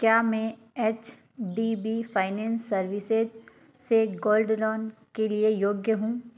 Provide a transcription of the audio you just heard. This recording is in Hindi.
क्या मैं H D B finance services से गोल्ड लोन के लिए योग्य हूँ